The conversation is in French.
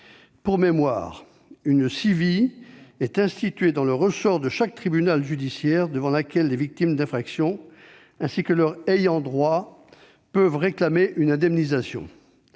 Pour mémoire, une CIVI est une commission instituée dans le ressort de chaque tribunal judiciaire, devant laquelle les victimes d'infractions, ainsi que leurs ayants droit, peuvent réclamer une indemnisation.